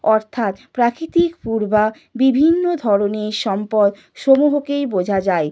অর্থাৎ প্রাকৃতিক পূর্বা বিভিন্ন ধরনের সম্পদ সমূহকেই বোঝা যায়